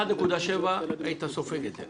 1.7 היית סופג את זה,